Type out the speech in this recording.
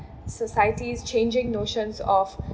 society's changing notions of